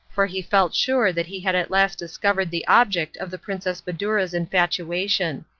for he felt sure that he had at last discovered the object of the princess badoura's infatuation.